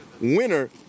winner